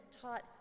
taught